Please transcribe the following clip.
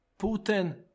Putin